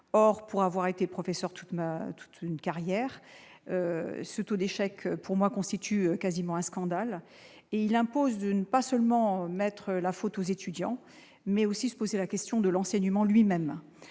or pour avoir été professeur toute ma toute une carrière, ce taux d'échec pour moi constitue quasiment un scandale et il impose de ne pas seulement mettre la faute aux étudiants, mais aussi se poser la question de l'enseignement lui-même